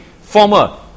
former